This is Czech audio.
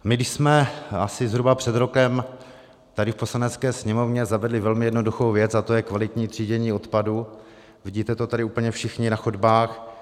My jsme asi zhruba před rokem tady v Poslanecké sněmovně zavedli velmi jednoduchou věc a to je kvalitní třídění odpadu, vidíte to tady úplně všichni na chodbách.